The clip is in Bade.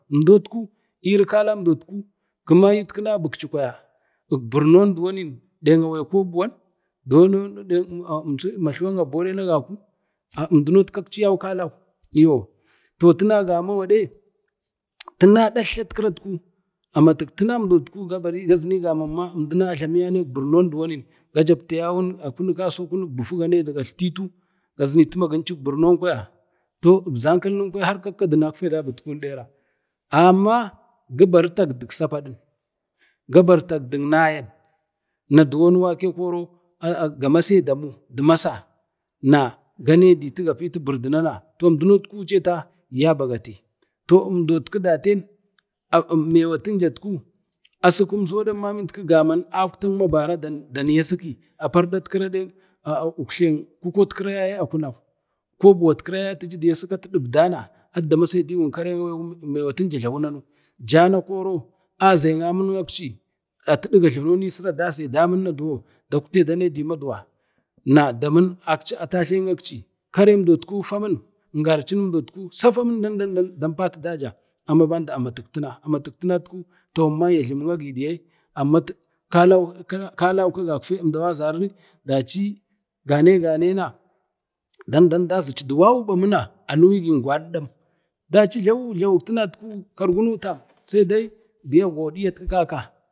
umdot ku iri kalam do ayut ku nabikci kwaya ukburnan duwon nek awe koɓuwan nek ma tluwan abore undo akci mam kalau, toh tina gamai gane tina ɗatltla iyo amatuk tina gamau gade gaɗaritu ma unduna ajlamiya ukburnon ga jabte awan a kunu kaso a kunik buhu ma ajlamiyane ukburnon kwaya to ibzarkalinin kwaya har kakkadim afke dabut kuwun ɗera, amma gibaru ɗakdik sapadin ga bani takdik nayan na duwon wake koron ga mase dawin to umduno ku wucenta yaba sati, mewatunja asikin no rammani gaman akwtan mabara a parɗat kira nek uktlen kukok kira yaye a kunau, koɓurwat kira yaye akunau atu jidi asiki atu ɗibdana atu damasidiwun karen awen, ati dani daze amun. Atiɗi gajlanot kira na daze a mun na duwon dakwto danedi maduwa, na damin akci a fatlen akci karemdut ku famin, tinatku kalau ka umdau azari gane-gane na ɗan-ɗan dəzici du kwaduɓa mena anuwigi ngwaɗdəm. daci jlawu jlawuk tunamcho ta saidai biya godiyak ki kaka.